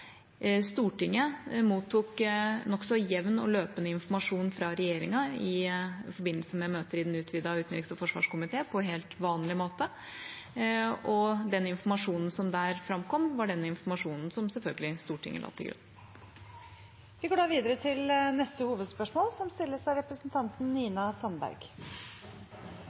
Stortinget mottok nokså jevn og løpende informasjon fra regjeringa i forbindelse med møter i den utvidede utenriks- og forsvarskomité, på helt vanlig måte, og den informasjonen som der framkom, var den informasjonen som Stortinget selvfølgelig la til grunn. Vi går da videre til neste hovedspørsmål. Som